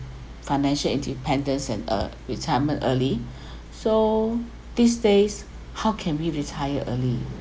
financial independence and uh retirement early so these days how can we retire early